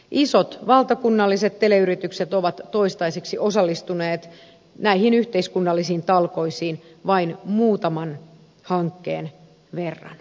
isot valtakunnalliset teleyritykset ovat toistaiseksi osallistuneet näihin yhteiskunnallisiin talkoisiin vain muutaman hankkeen verran